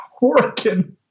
working